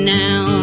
now